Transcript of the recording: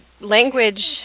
language